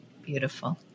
Beautiful